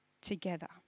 together